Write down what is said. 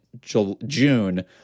June